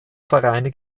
vereine